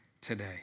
today